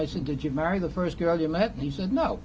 i said did you marry the first girl you met and he said no